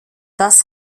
das